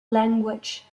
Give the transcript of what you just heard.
language